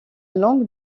langue